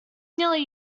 nearly